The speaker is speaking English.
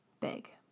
big